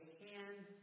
hand